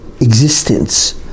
existence